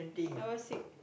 I was sick